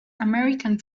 american